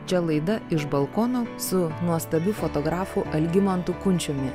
čia laida iš balkono su nuostabiu fotografu algimantu kunčiumi